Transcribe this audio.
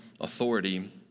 authority